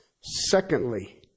Secondly